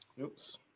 Oops